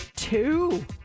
Two